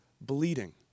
bleeding